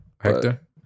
Hector